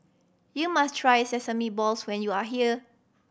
you must try sesame balls when you are here